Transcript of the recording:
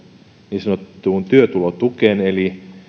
niin sanottuun työtulotukeen eli